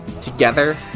together